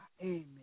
Amen